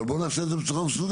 אבל בוא נעשה את זה בצורה מסודרת,